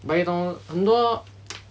but 你懂很多